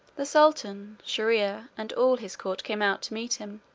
the sultan shier-ear and all his court came out to meet him.